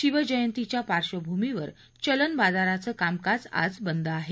शिवजयंतीच्या पार्श्वभूमीवर चलन बाजाराचं कामकाज आज बंद आहे